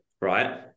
right